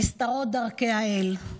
נסתרות דרכי האל.